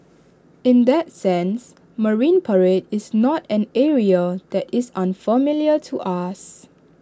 in that sense marine parade is not an area that is unfamiliar to us